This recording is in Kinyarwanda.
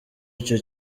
icyo